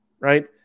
right